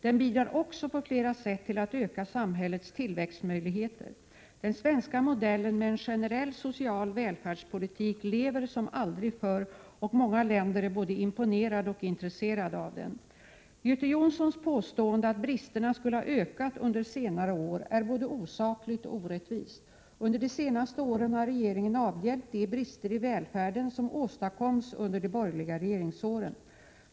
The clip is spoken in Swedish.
Den bidrar också på flera sätt till att öka samhällets tillväxtmöjligheter. Den svenska modellen med en generell social välfärdspolitik lever som aldrig förr, och många länder är både imponerade och intresserade av den. Göte Jonssons påstående att bristerna skulle ha ökat under senare år är både osakligt och orättvist. Under de senaste åren har regeringen avhjälpt de brister i välfärden som åstadkoms under de borgerliga regeringsåren.